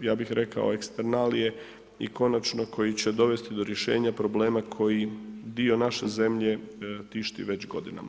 ja bih rekao eksternalije i konačno koji će dovesti do rješenja problema koji dio naše zemlje tišti već godina.